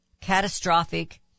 catastrophic